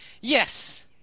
Yes